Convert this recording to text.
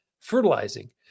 fertilizing